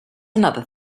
another